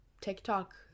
TikTok